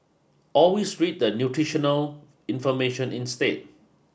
always read the nutritional information instead